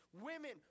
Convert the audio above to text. women